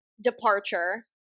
departure